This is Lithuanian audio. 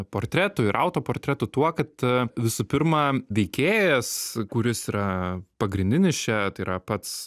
portretų ir autoportretų tuo kad visų pirma veikėjas kuris yra pagrindinis čia tai yra pats